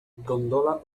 gondola